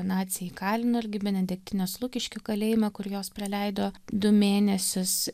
naciai įkalino irgi benediktines lukiškių kalėjime kur jos praleido du mėnesius